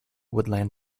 woodland